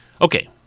okay